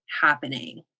happening